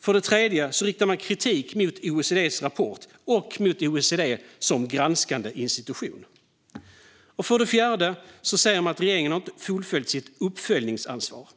För det tredje riktar man kritik mot OECD:s rapport och mot OECD som granskande institution. För det fjärde säger man att regeringen inte har fullföljt sitt uppföljningsansvar.